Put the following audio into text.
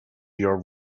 your